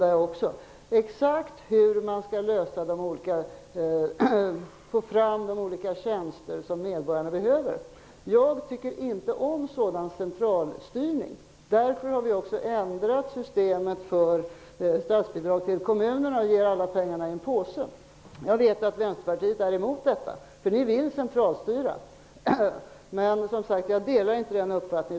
Man skall alltså ange exakt hur kommunerna skall få fram de olika tjänster som medborgarna behöver. Jag tycker inte om sådan centralstyrning. Därför har vi ändrat systemet för statsbidragen till kommunerna. Vi ger numera alla pengarna i en påse. Men jag vet att Vänsterpartiet är emot detta. Ni vill centralstyra. Men, som sagt, jag delar inte den uppfattningen.